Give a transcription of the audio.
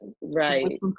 Right